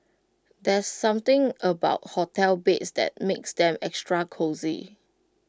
there's something about hotel beds that makes them extra cosy